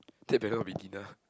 that background will be dinner